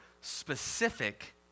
specific